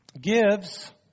gives